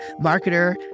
marketer